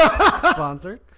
sponsored